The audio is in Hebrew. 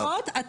לא